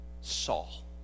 Saul